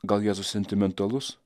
gal jėzus sentimentalus